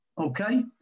Okay